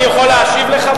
אני יכול להשיב לך,